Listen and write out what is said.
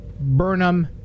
burnham